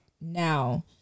now